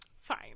Fine